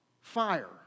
Fire